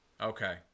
Okay